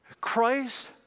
Christ